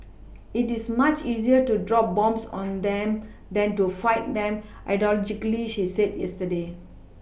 it is much easier to drop bombs on them than to fight them ideologically she said yesterday